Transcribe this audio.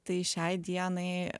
tai šiai dienai